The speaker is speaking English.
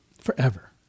forever